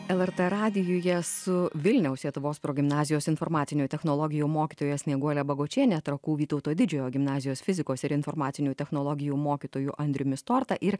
lrt radijuje su vilniaus lietuvos progimnazijos informacinių technologijų mokytoja snieguole bagočiene trakų vytauto didžiojo gimnazijos fizikos ir informacinių technologijų mokytoju andriumi storta ir